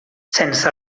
sense